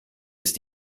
ist